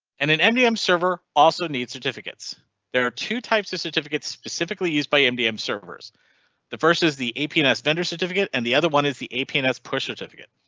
and in mdm server also need certificates there are two types of certificates specifically used by mdm servers versus the apn s vendor certificate and the other one is the apn s push certificate.